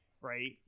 right